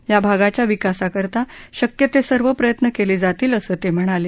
या भागाच्या विकासाकरता शक्य ते सर्व प्रयत्न केले जातील असं ते म्हणाले